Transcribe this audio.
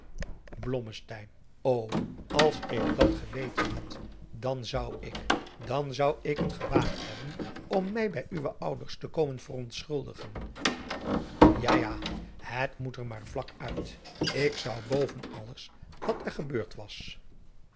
als ik dat geweten had dan zou ik dan zou ik het gewaagd hebben om mij bij uwe ouders te komen verontschuldigen ja ja het moet er maar vlak uit ik zou boven alles wat er gebeurd was